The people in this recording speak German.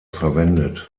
verwendet